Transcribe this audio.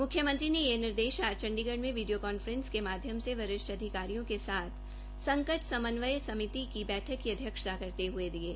मुख्यमंत्री ने यह निर्देश आज चण्डीगढ़ में विडियो कॉन्फ्रेंसिंग के माध्यम से वरिष्ठ अधिकारियों के साथ संकट समन्वय समिति की बैठक की अध्यक्षता करते हुए दिये